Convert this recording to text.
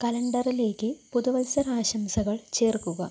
കലണ്ടറിലേക്ക് പുതുവത്സരാശംസകൾ ചേർക്കുക